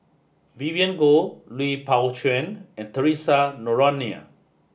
Vivien Goh Lui Pao Chuen and Theresa Noronha